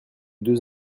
deux